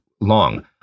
long